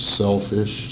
selfish